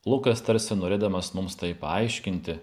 lukas tarsi norėdamas mums tai paaiškinti